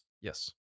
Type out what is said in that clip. Yes